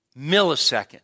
millisecond